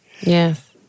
Yes